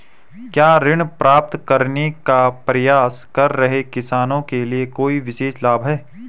क्या ऋण प्राप्त करने का प्रयास कर रहे किसानों के लिए कोई विशेष लाभ हैं?